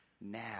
Now